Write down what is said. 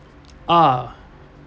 uh